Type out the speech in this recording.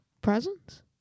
presents